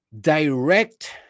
direct